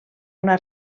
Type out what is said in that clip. una